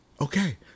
Okay